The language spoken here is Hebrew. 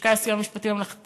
הלשכה לסיוע משפטי ממלכתי,